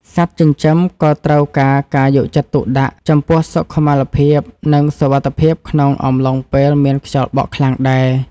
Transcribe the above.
សត្វចិញ្ចឹមក៏ត្រូវការការយកចិត្តទុកដាក់ចំពោះសុខុមាលភាព និង សុវត្ថិភាពក្នុងអំឡុងពេលមានខ្យល់បក់ខ្លាំងដែរ។